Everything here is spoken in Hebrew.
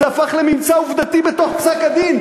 זה הפך לממצא עובדתי בתוך פסק-הדין,